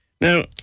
Now